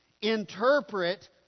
interpret